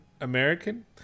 American